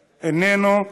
איננו.